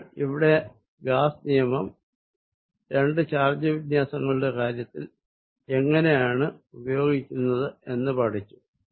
നിങ്ങൾ ഇവിടെ ഗാസ്സ് നിയമം രണ്ട് ചാർജ് ഡിസ്ട്രിബ്യുഷൻന്റെ കാര്യത്തിൽ എങ്ങിനെയാണ് ഉപയോഗിക്കുന്നത് എന്ന് പഠിച്ചു